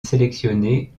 sélectionnée